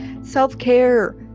self-care